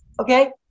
okay